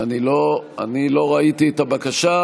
אני לא ראיתי את הבקשה.